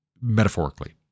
metaphorically